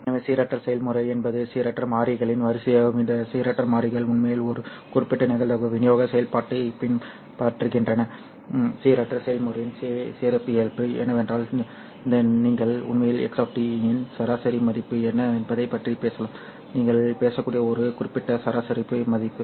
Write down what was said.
எனவே சீரற்ற செயல்முறை என்பது சீரற்ற மாறிகளின் வரிசையாகும் இந்த சீரற்ற மாறிகள் உண்மையில் ஒரு குறிப்பிட்ட நிகழ்தகவு விநியோக செயல்பாட்டைப் பின்பற்றுகின்றனசீரற்ற செயல்முறையின் சிறப்பியல்பு என்னவென்றால் நீங்கள் உண்மையில் x இன் சராசரி மதிப்பு என்ன என்பதைப் பற்றி பேசலாம் நீங்கள் பேசக்கூடிய ஒரு குறிப்பிட்ட சராசரி மதிப்பு